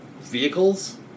vehicles